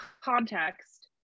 context